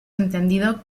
entendido